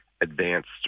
advanced